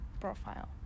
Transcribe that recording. profile